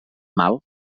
mal